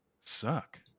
suck